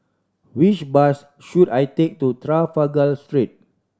which bus should I take to Trafalgar Street